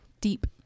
Deep